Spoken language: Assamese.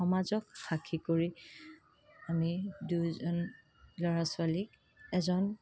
সমাজক সাক্ষী কৰি আমি দুইজন ল'ৰা ছোৱালীক এজন